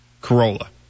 Corolla